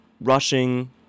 rushing